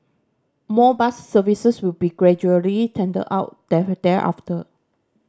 more bus services will be gradually tendered out there thereafter